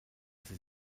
sie